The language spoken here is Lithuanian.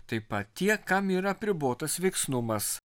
taip pat tie kam yra apribotas veiksnumas